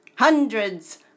Hundreds